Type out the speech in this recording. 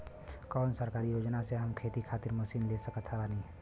कौन सरकारी योजना से हम खेती खातिर मशीन ले सकत बानी?